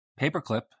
paperclip